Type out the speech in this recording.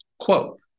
Quote